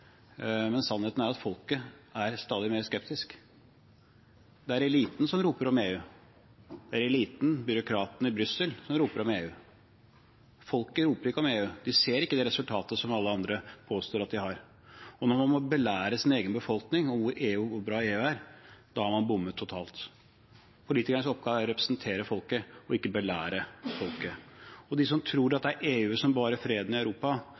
men sannheten er at folket er stadig mer skeptisk. Det er eliten som roper om EU, det er eliten, byråkratene i Brussel, som roper om EU. Folket roper ikke om EU, de ser ikke det resultatet som alle andre påstår at man har. Når man må belære sin egen befolkning om hvor bra EU er, har man bommet totalt. Politikernes oppgave er å representere folket og ikke belære dem. Og de som tror at det er EU som bevarer freden i Europa,